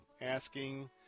asking